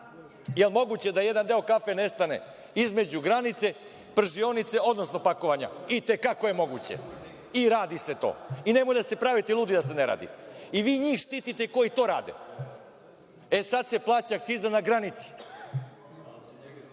Jel moguće da jedan deo kafe nestane između granice pržionice, odnosno pakovanja? I te kako je moguće i radi se to. Nemoj da se pravite ludi da se ne radi. I vi njih štitite koji to rade.E, sad se plaća akciza na granici